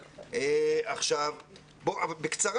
בקצרה,